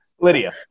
Lydia